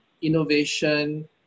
innovation